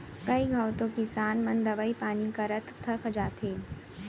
कई घंव तो किसान मन दवई पानी करत थक जाथें